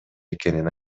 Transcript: экенин